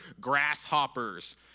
grasshoppers